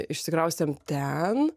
išsikraustėm ten